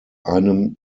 einem